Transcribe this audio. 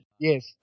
Yes